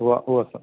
ഉവ്വ് ഉവ്വ് സർ